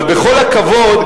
אבל בכל הכבוד,